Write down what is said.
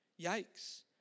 Yikes